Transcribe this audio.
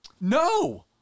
No